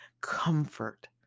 comfort